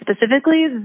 specifically